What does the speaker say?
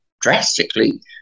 drastically